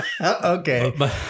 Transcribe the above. Okay